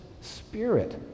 spirit